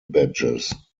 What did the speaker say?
badges